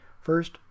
First